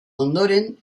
ondoren